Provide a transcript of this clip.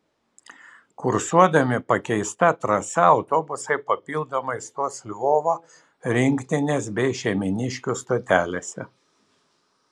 kursuodami pakeista trasa autobusai papildomai stos lvovo rinktinės bei šeimyniškių stotelėse